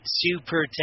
super